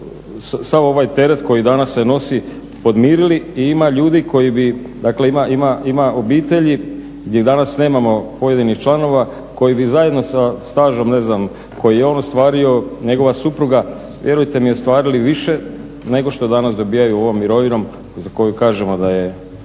sav ovaj teret koji danas se nosi podmirili i ima ljudi koji bi, dakle ima obitelji gdje danas nemamo pojedinih članova koji bi zajedno sa stažom ne znam koji je on ostvario, njegova supruga vjerujte mi ostvarili više nego što danas dobijaju ovom mirovinom za koju kažemo da je